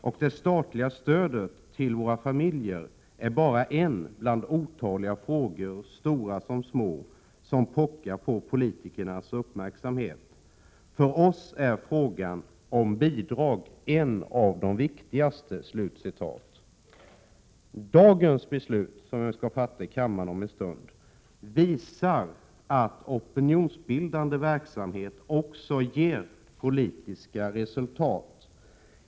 Och det statliga stödet till våra familjer är bara en bland otaliga frågor, stora och små, som pockar på politikernas uppmärksamhet. För oss är frågan om bidrag en av de viktigaste.” Det beslut som vi skall fatta i kammaren om en stund visar att opinionsbildande verksamhet också ger politiska resultat.